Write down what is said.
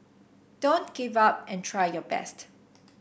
don't give up and try your best